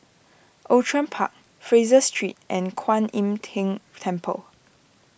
Outram Park Fraser Street and Kuan Im Tng Temple